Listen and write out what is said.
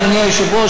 אדוני היושב-ראש,